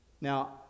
Now